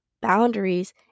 boundaries